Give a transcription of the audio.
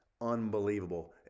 unbelievable